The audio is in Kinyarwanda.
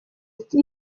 ati